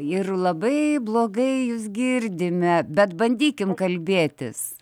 ir labai blogai jus girdime bet bandykim kalbėtis